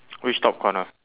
which top corner